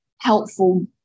helpful